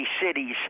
cities